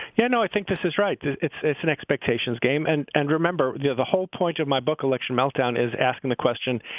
yeah know, i think this is right. it's an expectations game. and and remember, the the whole point of my book, election meltdown is asking the question,